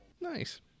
Nice